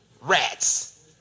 rats